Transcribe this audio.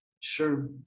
sure